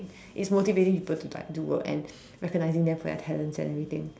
it's motivating people to like do work and recognising them for their talents and everything